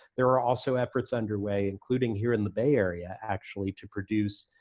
there are also efforts underway, including here in the bay area actually, to produce